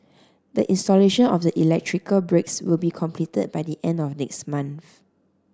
the installation of the electrical breaks will be completed by the end of next month